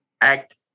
Act